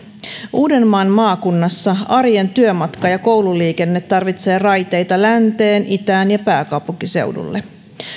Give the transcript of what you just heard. uudenmaan maakunnassa arjen työmatka ja koululiikenne tarvitsee raiteita länteen itään ja pääkaupunkiseudulle